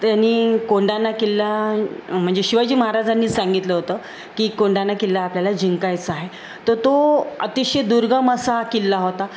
त्यानी कोंढाणा किल्ला म्हणजे शिवाजी महाराजांनी सांगितलं होतं की कोंढाणा किल्ला आपल्याला जिंकायचं आहे तर तो अतिशय दुर्गम असा किल्ला होता